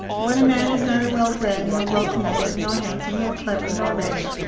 when a man is neither well bred, nor well connected, nor handsome, nor clever, nor rich,